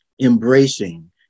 embracing